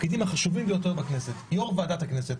חבר הכנסת קרעי, אני מבקש.